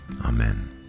Amen